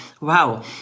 Wow